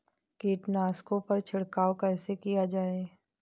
कीटनाशकों पर छिड़काव कैसे किया जाए?